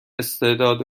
استعداد